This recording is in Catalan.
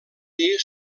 dir